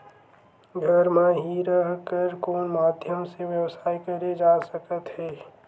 घर म हि रह कर कोन माध्यम से व्यवसाय करे जा सकत हे?